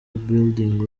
building